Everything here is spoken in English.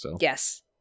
Yes